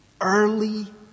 Early